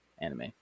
anime